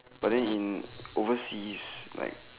but in overseas like